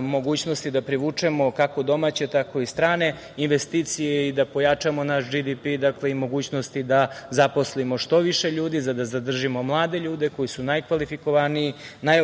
mogućnosti da privučemo kako domaće, tako i strane investicije i da pojačamo naš BDP, dakle i mogućnosti da zaposlimo što više ljudi, da zadržimo mlade ljude koji su najkvalifikovaniji, najobrazovaniji